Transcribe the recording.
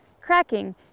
cracking